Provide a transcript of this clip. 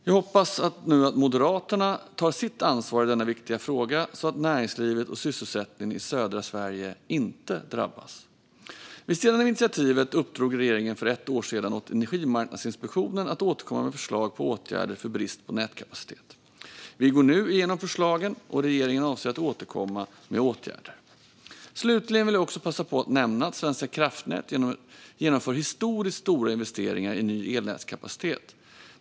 Jag hoppas att Moderaterna nu tar sitt ansvar i denna viktiga fråga så att näringslivet och sysselsättningen i södra Sverige inte drabbas. Vid sidan av initiativet uppdrog regeringen för ett år sedan åt Energimarknadsinspektionen att återkomma med förslag på åtgärder mot brist på nätkapacitet. Vi går nu igenom förslagen, och regeringen avser att återkomma med åtgärder. Slutligen vill jag passa på att nämna att Svenska kraftnät genomför historiskt stora investeringar i ny elnätskapacitet.